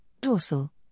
dorsal